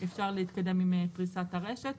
אפשר להתקדם עם פריסת הרשת.